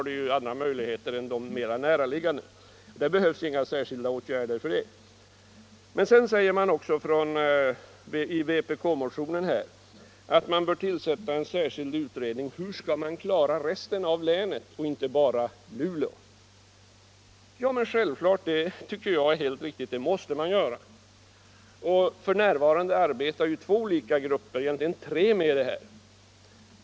I vpk-motionen sägs att man bör tillsätta en särskild utredning om hur resten av länet, inte bara Luleå, skall klaras. Det tycker jag är helt riktigt — det måste vi göra. F. n. arbetar två olika grupper — ja, egentligen tre — med detta.